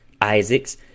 Isaacs